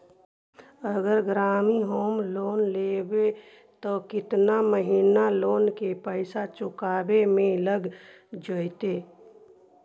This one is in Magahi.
अगर ग्रामीण होम लोन लेबै त केतना महिना लोन के पैसा चुकावे में लग जैतै?